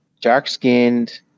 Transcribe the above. Dark-skinned